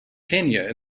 tenure